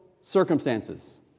circumstances